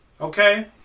Okay